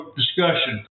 discussion